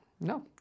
No